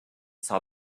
saw